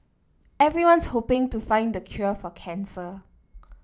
everyone's hoping to find the cure for cancer